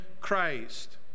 Christ